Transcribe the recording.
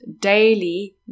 daily